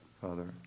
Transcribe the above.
Father